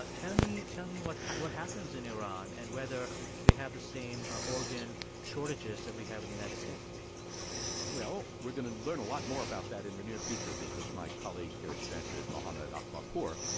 but tell me tell me what what happens in iran and whether they have the same organ shortages that we have in the united states well, we're going to learn a lot more about that in the near future because my colleague here at stanford, mohammad akbarpour,